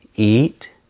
eat